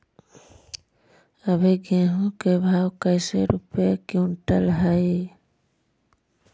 अभी गेहूं के भाव कैसे रूपये क्विंटल हई?